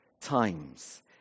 times